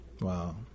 Wow